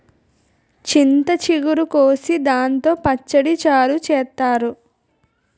చింత చిగురు కోసి దాంతో పచ్చడి, చారు చేత్తారు